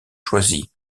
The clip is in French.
choisi